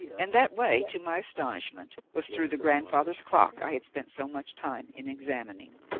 and that way, to my astonishment, was through the grandfather's clock i had spent so much time in examining.